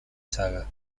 saga